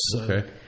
Okay